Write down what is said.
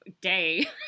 day